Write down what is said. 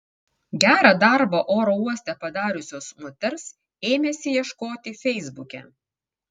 gerą darbą oro uoste padariusios moters ėmėsi ieškoti feisbuke